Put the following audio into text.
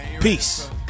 Peace